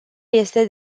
este